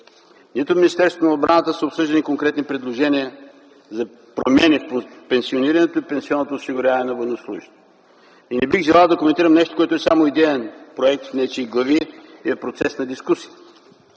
нито Министерството на отбраната са обсъждали конкретни предложения за промени в пенсионирането и пенсионното осигуряване на военнослужещите. Не бих желал да коментирам нещо, което е само идеен проект в нечии глави и е в процес на дискусия.